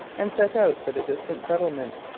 and set out for the distant settlements,